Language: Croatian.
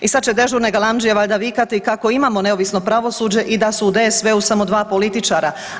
I sad će dežurne galamdžije valjda vikati kako imamo neovisno pravosuđe i da su u DSV-u samo dva političara.